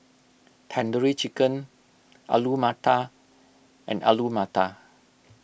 Tandoori Chicken Alu Matar and Alu Matar